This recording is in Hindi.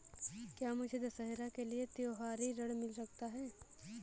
क्या मुझे दशहरा के लिए त्योहारी ऋण मिल सकता है?